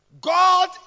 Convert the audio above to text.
God